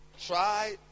Try